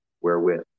wherewith